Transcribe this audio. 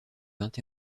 vingt